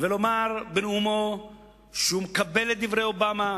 ולומר בנאומו שהוא מקבל את דברי אובמה